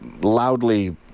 loudly